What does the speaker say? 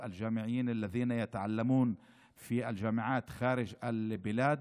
הסטודנטים באוניברסיטאות ובמכללות שלומדים בחוץ לארץ.